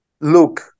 look